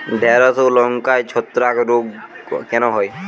ঢ্যেড়স ও লঙ্কায় ছত্রাক রোগ কেন হয়?